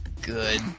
Good